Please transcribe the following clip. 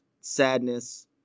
sadness